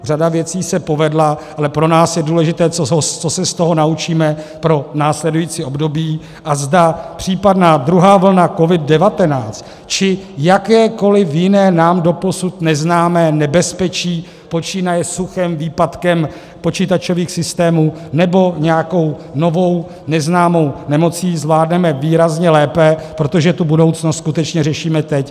Řada věcí se povedla, ale pro nás je důležité, co se z toho naučíme pro následující období a zda případnou druhou vlnu COVID19 či jakékoliv jiné nám doposud neznámé nebezpečí, počínaje suchem, výpadkem počítačových systémů nebo nějakou novou neznámou nemocí, zvládneme výrazně lépe, protože tu budoucnost skutečně řešíme teď.